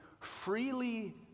freely